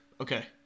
Okay